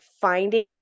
finding